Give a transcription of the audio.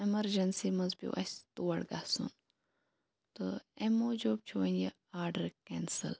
emergency منٛز پیٚو اسہِ توڑ گَژھُن تہٕ امہِ موٗجوٗب چھُ وۄنۍ یہٕ آرڈَر کینٛسل